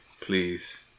please